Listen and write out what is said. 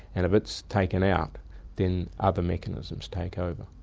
and if it's taken out then other mechanisms take over.